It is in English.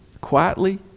quietly